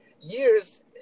years